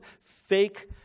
fake